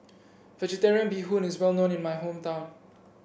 vegetarian Bee Hoon is well known in my hometown